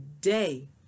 day